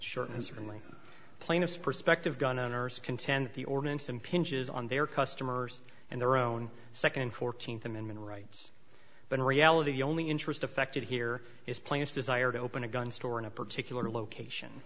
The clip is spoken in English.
short has really plaintiffs perspective gun owners contend the ordinance impinges on their customers and their own second fourteenth amendment rights but in reality only interest affected here is plants desire to open a gun store in a particular location